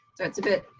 so it's a bit